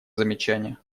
замечание